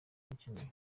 gikenewe